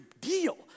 deal